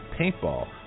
paintball